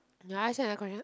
do I say another question